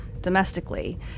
domestically